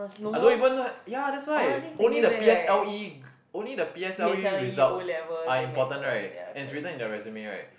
I don't even know ya that's why only the p_s_l_e only the p_s_l_e results are important right and it's written in the resume right